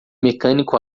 mecânico